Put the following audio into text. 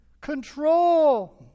control